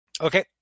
okay